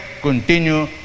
continue